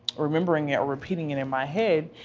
remembering it or repeating it in my head,